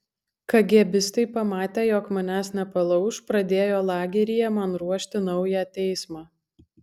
kagėbistai pamatę jog manęs nepalauš pradėjo lageryje man ruošti naują teismą